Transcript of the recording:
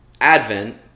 Advent